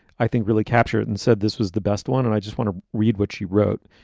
i think, really captured and said this was the best one and i just want to read what she wrote.